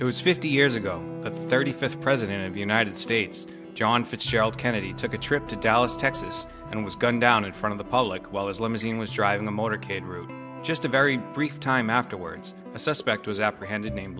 it was fifty years ago the thirty fifth president of the united states john fitzgerald kennedy took a trip to dallas texas and was gunned down in front of the public while his limousine was driving the motorcade route just a very brief time afterwards a suspect was apprehended named